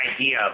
idea